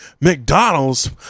McDonald's